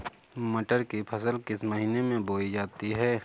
मटर की फसल किस महीने में बोई जाती है?